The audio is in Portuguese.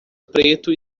preto